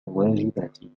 واجباتي